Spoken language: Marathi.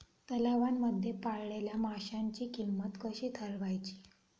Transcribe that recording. तलावांमध्ये पाळलेल्या माशांची किंमत कशी ठरवायची?